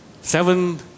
Seven